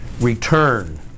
return